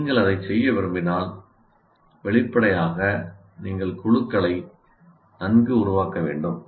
நீங்கள் அதை செய்ய விரும்பினால் வெளிப்படையாக நீங்கள் குழுக்களை நன்கு உருவாக்க வேண்டும்